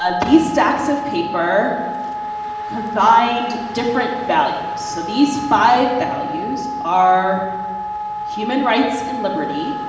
ah these stacks of paper combine different values. so these five values are human rights and liberty,